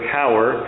power